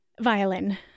Violin